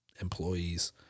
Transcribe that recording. employees